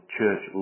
Church